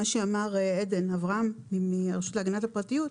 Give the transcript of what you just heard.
מה שאמר עדן אברהם מהרשות להגנת הפרטיות,